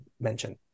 mention